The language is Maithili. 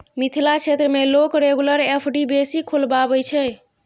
मिथिला क्षेत्र मे लोक रेगुलर एफ.डी बेसी खोलबाबै छै